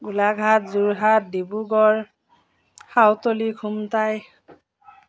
Golaghat Jorhat Dibrugarh Sautali Khumtai